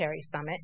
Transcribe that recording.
summit